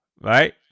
right